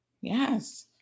yes